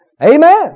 Amen